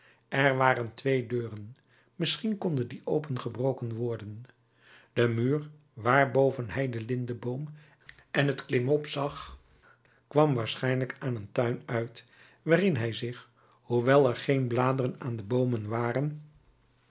er waren twee deuren misschien konden die opengebroken worden de muur waarboven hij den lindeboom en het klimop zag kwam waarschijnlijk aan een tuin uit waarin hij zich hoewel er geen bladeren aan de boomen waren